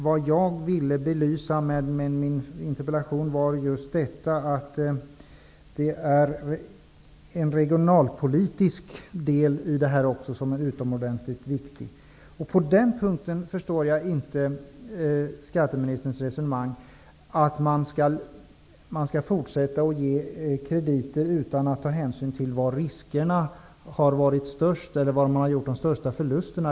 Vad jag ville belysa med min interpellation var att det också finns en regionalpolitisk del i detta som är utomordentligt viktig. På den punkten förstår jag inte skatteministerns resonemang, att man skall fortsätta att ge krediter utan att ta hänsyn till var riskerna har varit störst eller var man har gjort de största förlusterna.